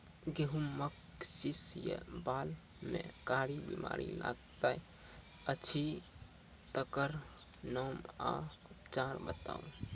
गेहूँमक शीश या बाल म कारी बीमारी लागतै अछि तकर नाम आ उपचार बताउ?